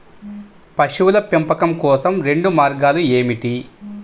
పశువుల పెంపకం కోసం రెండు మార్గాలు ఏమిటీ?